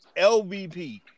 LVP